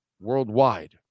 worldwide